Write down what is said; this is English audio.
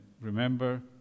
remember